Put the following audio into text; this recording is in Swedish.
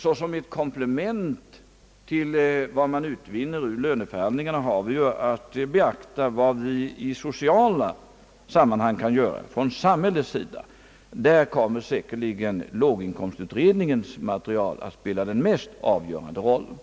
Såsom ett komplement till vad som kan utvinnas i löneförhandlingarna har vi även att beakta vad vi i sociala sammanhang kan göra från samhällets sida, och därvidlag kommer «säkerligen låginkomstutredningens material att spela den mest avgörande rollen.